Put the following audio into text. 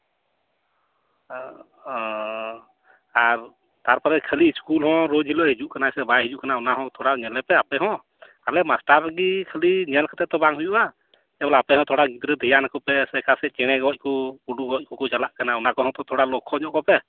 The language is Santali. ᱟᱨ ᱛᱟᱨᱯᱚᱨᱮ ᱠᱷᱟᱞᱤ ᱤᱥᱠᱩᱞ ᱦᱚᱸ ᱨᱳᱡ ᱦᱤᱞᱳᱜ ᱦᱤᱡᱩᱜ ᱠᱟᱱᱟᱭ ᱥᱮ ᱵᱟᱭ ᱦᱤᱡᱩᱜ ᱠᱟᱱᱟ ᱚᱱᱟ ᱦᱚᱸ ᱛᱷᱚᱲᱟ ᱧᱮᱞᱮᱯᱮ ᱟᱯᱮ ᱦᱚᱸ ᱟᱞᱮ ᱢᱟᱥᱴᱟᱨ ᱜᱮ ᱠᱷᱟᱞᱤ ᱧᱮᱞ ᱠᱟᱛᱮ ᱛᱚ ᱵᱟᱝᱦᱩᱭᱩᱜᱼᱟ ᱥᱮᱸ ᱵᱚᱞᱮ ᱟᱯᱮ ᱦᱚᱸ ᱛᱷᱚᱲᱟ ᱜᱤᱫᱽᱨᱟᱹ ᱫᱷᱮᱭᱟᱱᱟᱠᱚ ᱯᱮ ᱥᱮ ᱚᱠᱟ ᱥᱮᱫ ᱪᱮᱬᱮ ᱜᱚᱡ ᱠᱚ ᱜᱩᱰᱩ ᱜᱚᱡ ᱠᱚᱠᱚ ᱪᱟᱞᱟᱜ ᱠᱟᱱᱟ ᱚᱱᱟ ᱠᱚᱦᱚᱸ ᱛᱚ ᱛᱷᱚᱲᱟ ᱞᱚᱽᱠᱠᱷᱳ ᱧᱚᱜ ᱠᱚᱯᱮ